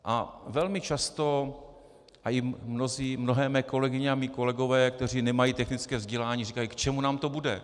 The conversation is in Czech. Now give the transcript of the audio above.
A velmi často i mnohé mé kolegyně a kolegové, kteří nemají technické vzdělání, říkají: k čemu nám to bude?